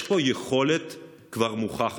יש פה יכולת שכבר מוכחת,